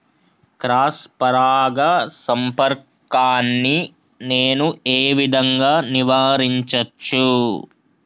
Cross పరాగ సంపర్కాన్ని నేను ఏ విధంగా నివారించచ్చు?